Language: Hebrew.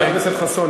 חבר הכנסת חסון,